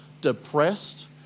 depressed